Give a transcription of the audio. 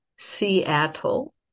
Seattle